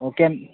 okay